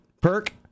Perk